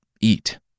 eat